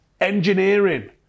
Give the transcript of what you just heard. engineering